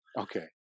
okay